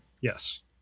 Yes